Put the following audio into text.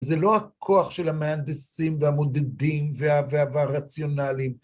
זה לא הכוח של המהנדסים והמודדים והרציונליים.